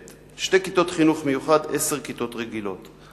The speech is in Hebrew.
ח': שתי כיתות חינוך מיוחד ועשר כיתות רגילות.